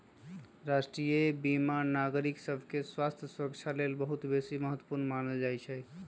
राष्ट्रीय बीमा नागरिक सभके स्वास्थ्य सुरक्षा लेल बहुत बेशी महत्वपूर्ण मानल जाइ छइ